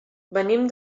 venim